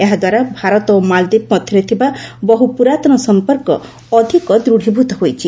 ଏହାଦ୍ୱାରା ଭାରତ ଓ ମାଳଦ୍ୱୀପ ମଧ୍ୟରେ ଥିବା ବହୁ ପୁରାତନ ସମ୍ପର୍କ ଅଧିକ ଦୃଢ଼ୀଭୂତ ହୋଇଛି